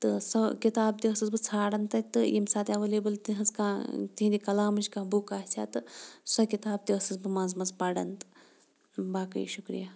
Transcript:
تہٕ سۄ کِتاب تہِ ٲسٕس بہٕ ژھانڈان تَتہِ تہٕ ییٚمہِ ساتہٕ ایٚولیبٕل تِہِنٛز کانٛہہ تِہِنٛدِ کَلامٕچ کانٛہہ بُک آسہِ ہا تہٕ سۄ کِتاب تہِ ٲسٕس بہٕ منٛزٕ منٛزٕ پَران تہٕ باقٕے شُکریہ